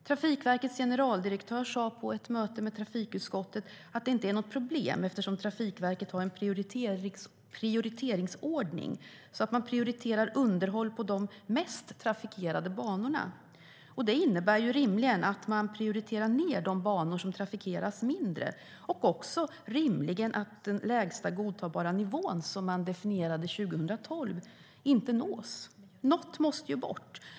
Trafikverkets generaldirektör sade på ett möte med trafikutskottet att det inte är något problem eftersom Trafikverket har en prioriteringsordning så att man prioriterar underhåll på de mest trafikerade banorna. Det innebär rimligen att man prioriterar ned de banor som trafikeras mindre och också rimligen att den lägsta godtagbara nivån som definierades 2012 inte nås. Något måste bort!